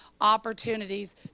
opportunities